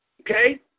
okay